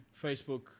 Facebook